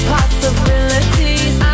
Possibilities